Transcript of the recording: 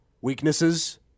Weaknesses